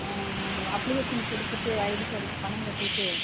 application கொடுத்துட்டு ID கார்டுக்கு பணம் கட்டிகிட்டு